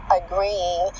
agreeing